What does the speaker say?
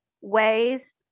ways